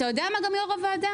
אתה יודע מה גם יו"ר הוועדה?